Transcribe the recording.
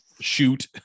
shoot